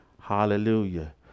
Hallelujah